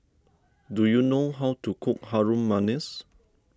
do you know how to cook Harum Manis